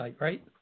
right